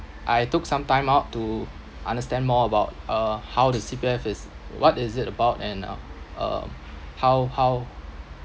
I took some time out to understand more about uh how the C_P_F is what is it about and uh um how how